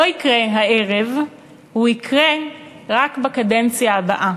לא יקרה הערב, הוא יקרה רק בקדנציה הבאה.